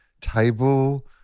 table